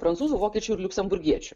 prancūzų vokiečių ir liuksemburgiečių